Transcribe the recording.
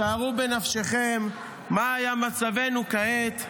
שערו בנפשכם מה היה מצבנו כעת,